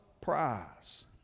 prize